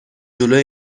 جلوی